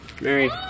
Mary